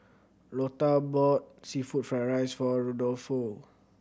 Lotta bought seafood fry rice for Rudolfo